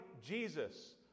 Jesus